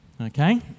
Okay